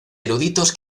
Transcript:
eruditos